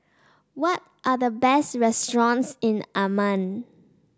what are the best restaurants in Amman